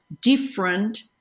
different